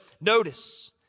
notice